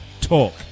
Talk